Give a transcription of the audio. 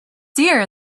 dear